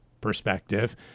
perspective